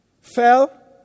fell